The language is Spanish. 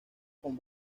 con